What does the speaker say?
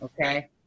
Okay